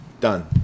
Done